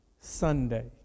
Sunday